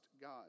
God